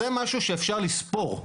זה משהו שאפשר לספור.